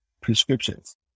prescriptions